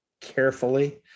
carefully